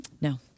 No